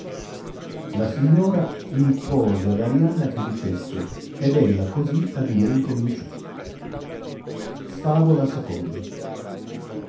la signora impose ad arianna che dicesse ed ella così a dire incominciò kuì favola